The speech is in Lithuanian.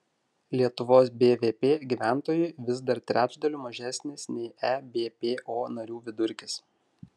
lietuvos bvp gyventojui vis dar trečdaliu mažesnis nei ebpo narių vidurkis